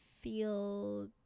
feel